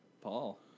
Paul